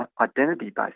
identity-based